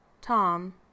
Tom